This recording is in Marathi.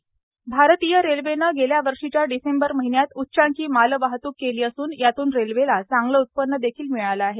रेल्वेमाल वाहतूक भारतीय रेल्वेनं गेल्या वर्षीच्या डिसेंबर महिन्यात उच्चांकी मालवाहतूक केली असून यातून रेल्वेला चांगलं उत्पन्न देखील मिळालं आहे